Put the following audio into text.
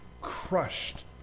crushed